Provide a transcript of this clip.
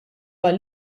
għal